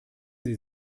sie